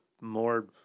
more